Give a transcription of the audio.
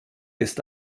ist